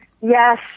Yes